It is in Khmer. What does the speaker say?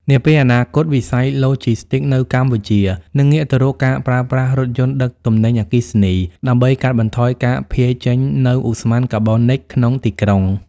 នាពេលអនាគត វិស័យឡូជីស្ទីកនៅកម្ពុជានឹងងាកទៅរកការប្រើប្រាស់រថយន្តដឹកទំនិញអគ្គិសនី ដើម្បីកាត់បន្ថយការភាយចេញនូវឧស្ម័នកាបូនិកក្នុងទីក្រុង។